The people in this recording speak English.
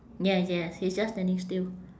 yes yes he's just standing still